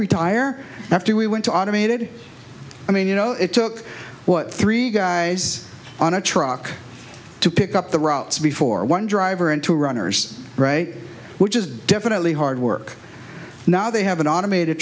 retire after we went to automated i mean you know it took what three guys on a truck to pick up the routes before one driver and two runners which is definitely hard work now they have an automated